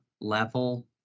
level